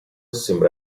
sembra